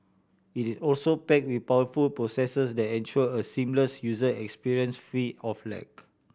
it is also packed with powerful processors that ensure a seamless user experience free of lag